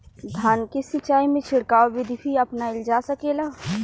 धान के सिचाई में छिड़काव बिधि भी अपनाइल जा सकेला?